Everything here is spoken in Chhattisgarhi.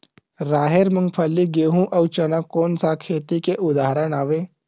राहेर, मूंगफली, गेहूं, अउ चना कोन सा खेती के उदाहरण आवे?